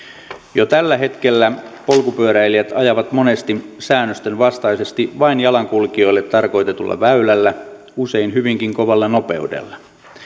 jo tällä hetkellä polkupyöräilijät ajavat monesti säännösten vastaisesti vain jalankulkijoille tarkoitetulla väylällä usein hyvinkin kovalla nopeudella